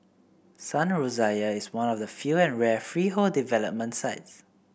Sun Rosier is one of the few and rare freehold development sites